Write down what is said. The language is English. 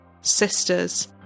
sisters